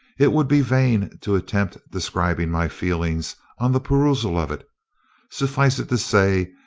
it would be vain to attempt describing my feelings on the perusal of it suffice it to say,